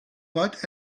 but